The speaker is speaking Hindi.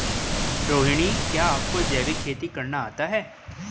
रोहिणी, क्या आपको जैविक खेती करना आता है?